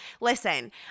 Listen